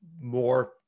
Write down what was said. more